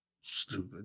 stupid